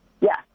Yes